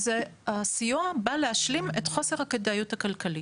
הסיוע בא להשלים את חוסר הכדאיות הכלכלית,